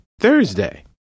Thursday